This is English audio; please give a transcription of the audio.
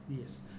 Yes